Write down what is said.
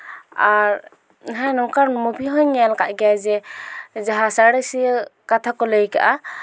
ᱟᱨ ᱦᱮᱸ ᱱᱚᱝᱠᱟᱱ ᱢᱩᱵᱷᱤ ᱦᱚᱸᱧ ᱧᱮᱞ ᱠᱟᱜ ᱜᱮᱭᱟ ᱡᱮ ᱡᱟᱦᱟᱸ ᱥᱟᱬᱮᱥᱤᱭᱟᱹ ᱠᱟᱛᱷᱟ ᱠᱚ ᱞᱟᱹᱭ ᱠᱟᱜᱼᱟ